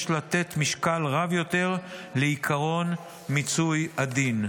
לתת משקל רב יותר לעיקרון מיצוי הדין.